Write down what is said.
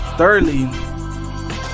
Thirdly